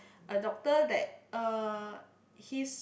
a doctor that uh he's